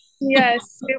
Yes